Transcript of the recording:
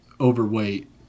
overweight